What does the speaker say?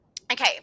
Okay